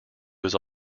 was